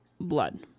blood